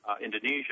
Indonesia